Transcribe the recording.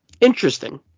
interesting